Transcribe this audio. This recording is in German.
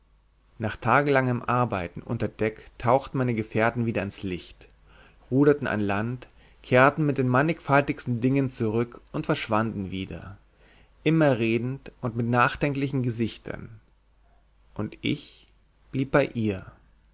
nach tagelangem arbeiten unter deck tauchten meine gefährten wieder ans licht ruderten sich an land kehrten mit den mannigfaltigsten dingen zurück und verschwanden wieder immer redend und mit nachdenklichen gesichtern und ich blieb bei ihr